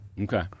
Okay